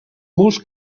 molts